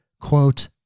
quote